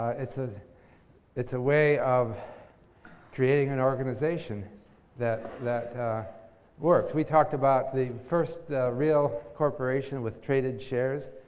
it's ah it's a way of creating an organization that that works. we talked about the first real corporation with traded shares,